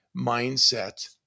mindset